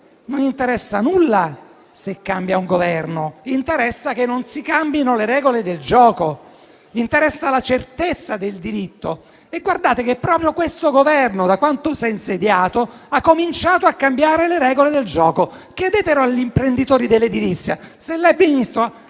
non interessa nulla se cambia un Governo: interessa che non si cambino le regole del gioco, a loro interessa la certezza del diritto. Proprio questo Governo, da quando si è insediato, ha cominciato a cambiare le regole del gioco. Chiedetelo agli imprenditori dell'edilizia.